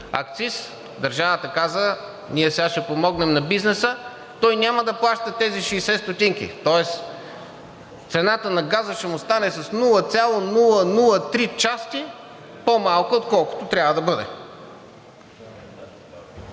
акциз. Държавата каза: ние сега ще помогнем на бизнеса, той няма да плаща тези 60 стотинки. Тоест цената на газа ще му стане с 0,003 части по-малко, отколкото трябва да бъде.